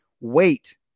wait